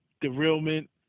derailment